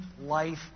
life